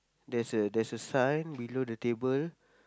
there's a there's a sign below the table